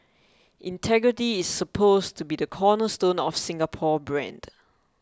integrity is supposed to be the cornerstone of the Singapore brand